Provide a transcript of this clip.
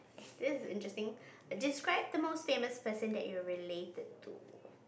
this is interesting describe the most famous person that you are related to